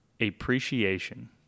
appreciation